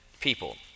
people